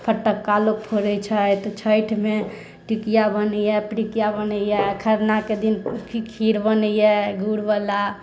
फटक्का लोक फोड़ैत छथि छठिमे टिकिया बनैया पिरुकिया बनैया खरनाके दिन खीर बनैया गुड़ बाला